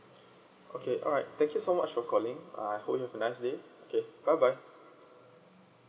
okay alright thank you so much for calling uh I hope you have a nice day okay bye bye